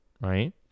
right